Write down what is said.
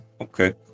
okay